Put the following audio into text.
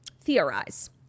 theorize